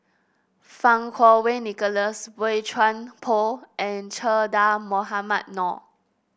Fang Kuo Wei Nicholas Boey Chuan Poh and Che Dah Mohamed Noor